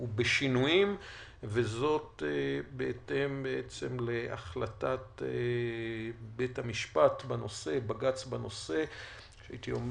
ובשינויים וזאת בהתאם להחלטת בית המשפט בנושא - בג"ץ בנושא - אשר